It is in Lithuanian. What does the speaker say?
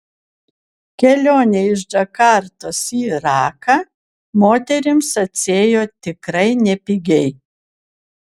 kelionė iš džakartos į raką moterims atsiėjo tikrai nepigiai